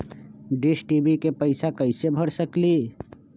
Dish TV के पैईसा कईसे भर सकली?